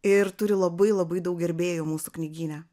ir turi labai labai daug gerbėjų mūsų knygyne